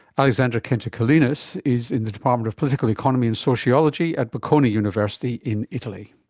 alexander kentikelenis is in the department of political economy and sociology at bocconi university in italy.